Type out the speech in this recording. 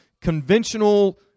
conventional